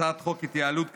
הצעת חוק ההתייעלות הכלכלית,